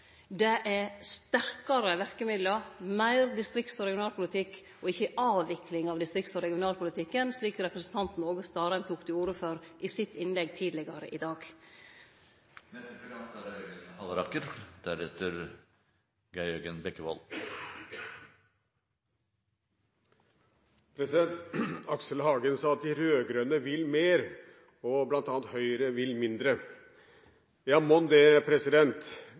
er sterkare verkemiddel, meir distrikts- og regionalpolitikk og ikkje avvikling av distrikts- og regionalpolitikken, slik representanten Åge Starheim tok til orde for i sitt innlegg tidlegare i dag. Aksel Hagen sa at de rød-grønne vil mer, og at bl.a. Høyre vil mindre. Ja, monn det.